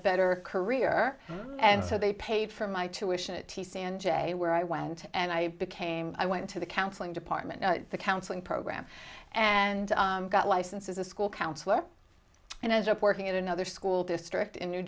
better career and so they paid for my tuition at t sanjay where i went and i became i went to the counseling department counseling program and got license as a school counselor and ends up working in another school district in new